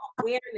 awareness